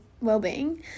well-being